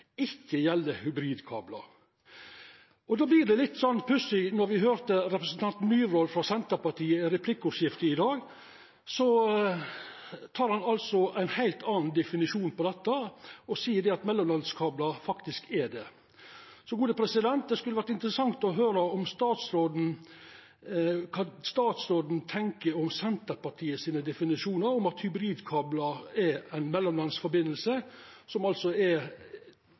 ikkje gjeld hybridkablar. Då vert det litt pussig når me høyrde representanten Myhrvold frå Senterpartiet i replikkordskiftet i dag, der han gav ein heilt annan definisjon på dette og sa at mellomlandskablar faktisk er det . Så det skulle ha vore interessant å høyra kva statsråden tenkjer om Senterpartiets definisjon om at hybridkablar er eit mellomlandssamband, som regjeringsplattforma er